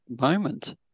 moment